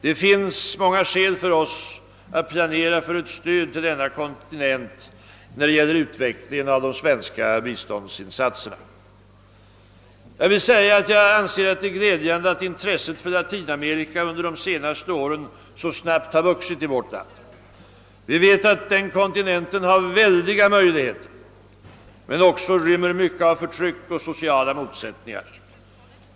Det finns många skäl att planera för ett stöd till denna kontinent inom ramen för de svenska biståndsinsatserna. Jag anser att det är glädjande att intresset i vårt land för Latinamerika vuxit under de senaste åren. Vi vet att denna kontinent har väldiga möjligheter men att den också rymmer mycket av förtryck och sociala motsättningar.